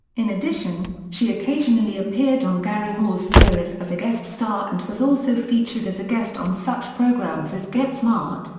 in addition, she occasionally appeared on garry moore's series as a guest star and was also featured as a guest on such programs as get smart,